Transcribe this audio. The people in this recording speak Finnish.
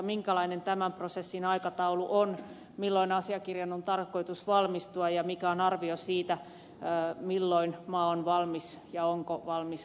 minkälainen tämän prosessin aikataulu on milloin asiakirjan on tarkoitus valmistua ja mikä on arvio siitä milloin maa on valmis ja onko se valmis vastaanottamaan pakolaisia